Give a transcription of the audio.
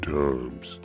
times